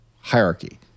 hierarchy